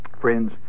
friends